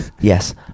Yes